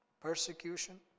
persecution